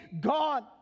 gone